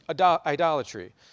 idolatry